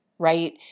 right